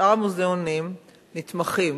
שאר המוזיאונים נתמכים.